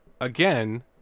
again